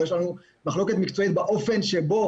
אבל יש לנו מחלוקת מקצועית באופן שבו